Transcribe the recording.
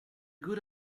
good